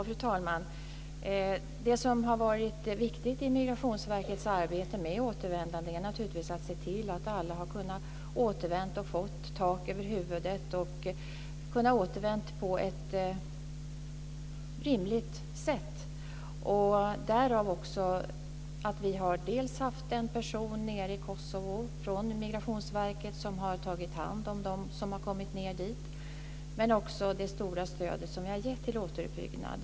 Fru talman! Det som har varit viktigt i Migrationsverkets arbete med återvändande är naturligtvis att se till att alla har kunnat återvända och fått tak över huvudet och kunnat återvända på ett rimligt sätt - därav också att vi dels haft en person nere i Kosovo från Migrationsverket som tagit hand om dem som har kommit dit, dels gett ett stort stöd till återuppbyggnad.